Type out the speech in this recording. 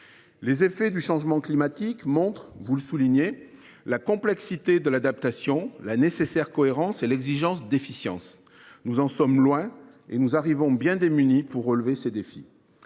Les effets du changement climatique montrent, vous le soulignez, la complexité de l’adaptation, la nécessaire cohérence et l’exigence d’efficience. Nous en sommes loin et nous arrivons bien démunis pour relever ces défis.